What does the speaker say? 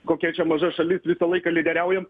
kokia čia maža šalis visą laiką lyderiaujam